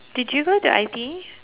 did you go to I_T_E